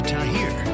Tahir